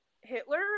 Hitler